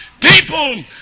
People